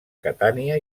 catània